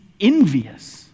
envious